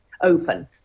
open